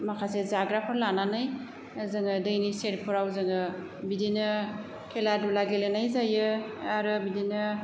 माखासे जाग्राफोर लानानै जोङो दैनि सेरफोराव जोङो बिदिनो खेला दुला गेलेनाय जायो आरो बिदिनो